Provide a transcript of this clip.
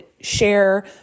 share